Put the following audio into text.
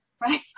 Right